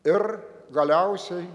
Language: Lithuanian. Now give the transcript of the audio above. ir galiausiai